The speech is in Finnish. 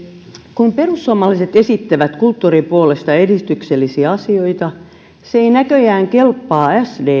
kun perussuomalaiset esittävät kulttuurin puolesta edistyksellisiä asioita se ei näköjään kelpaa sdplle